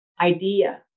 idea